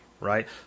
right